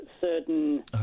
certain